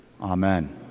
Amen